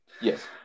Yes